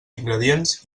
ingredients